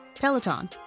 Peloton